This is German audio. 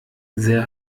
sehr